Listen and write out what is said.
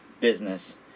business